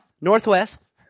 Northwest